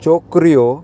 चोकऱ्यो